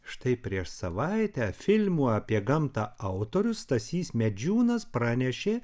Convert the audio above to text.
štai prieš savaitę filmų apie gamtą autorius stasys medžiūnas pranešė